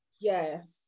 Yes